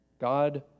God